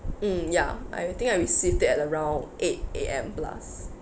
mm ya I think I received it at around eight A_M plus